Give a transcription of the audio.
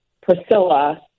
Priscilla